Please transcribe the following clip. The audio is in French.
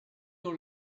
dans